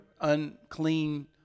unclean